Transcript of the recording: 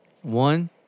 One